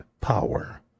power